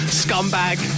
scumbag